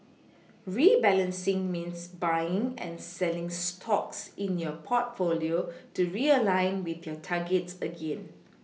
rebalancing means buying and selling stocks in your portfolio to realign with your targets again